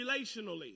relationally